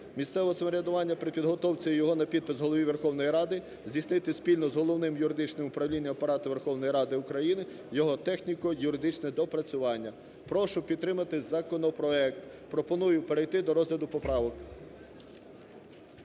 місцевого самоврядування при підготовці його на підпис Голові Верховної Ради здійснити спільно з Головним юридичним управлінням Апарату Верховної Ради України, його техніко-юридичне доопрацювання. Прошу підтримати законопроект. Пропоную перейти до розгляду поправок.